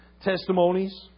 testimonies